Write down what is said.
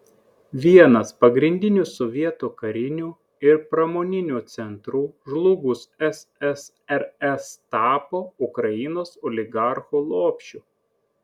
vienas pagrindinių sovietų karinių ir pramoninių centrų žlugus ssrs tapo ukrainos oligarchų lopšiu